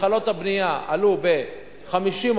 התחלות הבנייה עלו ב-50%.